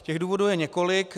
Těch důvodů je několik.